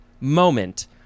moment